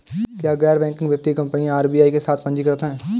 क्या गैर बैंकिंग वित्तीय कंपनियां आर.बी.आई के साथ पंजीकृत हैं?